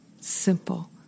Simple